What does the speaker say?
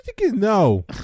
No